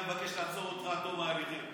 הוא היה מבקש לעצור אותך עד תום ההליכים.